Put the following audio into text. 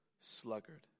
sluggard